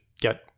get